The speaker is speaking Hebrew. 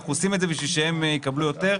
אנחנו עושים את זה כדי שיקבלו יותר.